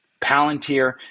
Palantir